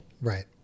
Right